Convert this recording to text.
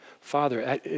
Father